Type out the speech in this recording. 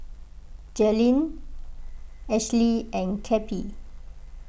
Jalynn Ashlie and Cappie